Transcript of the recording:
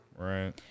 Right